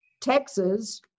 texas